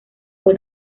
fue